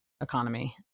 economy